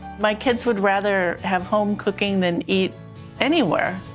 my kids would rather have home cooking than eat anywhere.